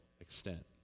extent